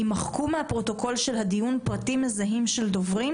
יימחקו מהפרוטוקול של הדיון פרטים מזהים של דוברים,